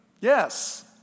Yes